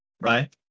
right